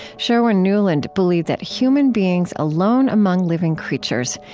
sherwin nuland believed that human beings, alone among living creatures,